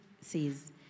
says